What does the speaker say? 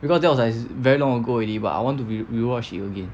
because that was like very long ago already but I want to re~ re-watch it again